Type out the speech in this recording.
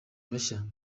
bashya